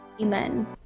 Amen